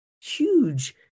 huge